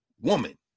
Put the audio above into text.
woman